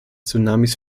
tsunamis